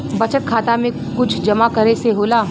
बचत खाता मे कुछ जमा करे से होला?